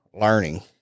learning